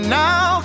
now